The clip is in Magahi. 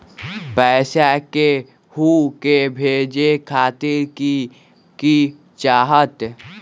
पैसा के हु के भेजे खातीर की की चाहत?